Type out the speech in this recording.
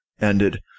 ended